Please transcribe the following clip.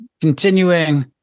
continuing